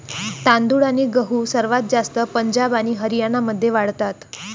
तांदूळ आणि गहू सर्वात जास्त पंजाब आणि हरियाणामध्ये वाढतात